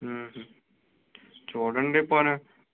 ఊహుం చుడండి పోని